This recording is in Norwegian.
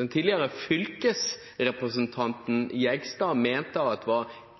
den tidligere fylkesrepresentanten, Jegstad at det som ikke var